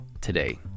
today